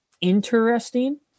interesting